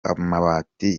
amabati